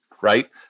right